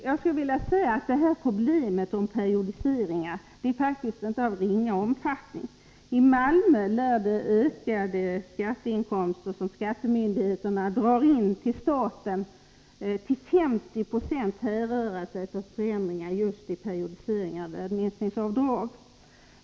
Problemet i samband med periodiseringar är faktiskt inte av ringa omfattning. I Malmö lär de ökade inkomster som skattemyndigheterna drar in till staten till ca 50 26 härröra just från förändringar i periodisering av värdeminskningsavdrag.